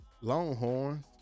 Longhorn